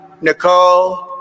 Nicole